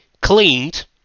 cleaned